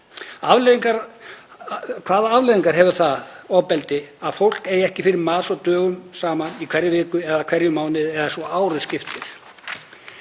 Hvaða afleiðingar hefur það ofbeldi að fólk eigi ekki fyrir mat dögum saman í hverri viku eða í hverjum mánuði eða svo árum skiptir?